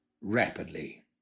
rapidly